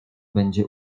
będzie